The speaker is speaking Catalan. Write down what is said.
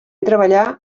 treballà